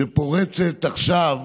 שפורץ עכשיו,